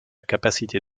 capacité